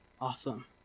Awesome